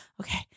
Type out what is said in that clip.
okay